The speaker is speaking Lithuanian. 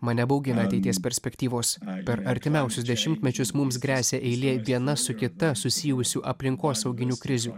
mane baugina ateities perspektyvos per artimiausius dešimtmečius mums gresia eilė viena su kita susijusių aplinkosauginių krizių